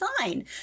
fine